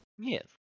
Yes